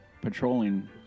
patrolling